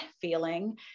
feeling